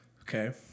okay